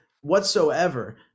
whatsoever